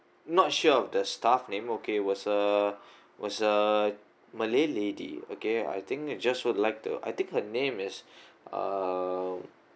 not sure of the staff name okay was a was a malay lady okay I think I just would like to I think her name is uh